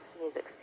music